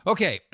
Okay